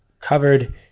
covered